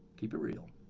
keep it real.